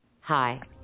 Hi